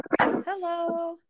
Hello